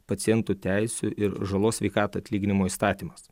pacientų teisių ir žalos sveikatai atlyginimo įstatymas